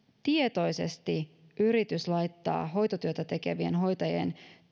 tietoisesti laittaa hoitotyötä tekevien hoitajien